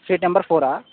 street number four